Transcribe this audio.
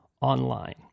online